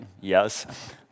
Yes